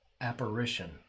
apparition